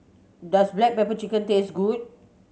does black pepper chicken taste good